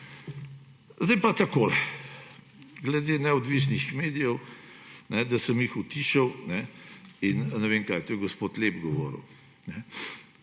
Zdaj pa takole. Glede neodvisnih medijev, da sem jih utišal in ne vem kaj. O tem je gospod Lep govoril.